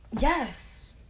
Yes